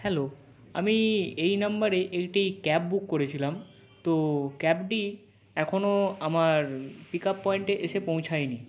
hello আমি এই নাম্বারে একটি ক্যাব বুক করেছিলাম তো ক্যাবটি এখনও আমার পিক আপ পয়েন্টে এসে পৌঁছায় নি